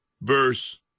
verse